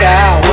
out